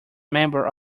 member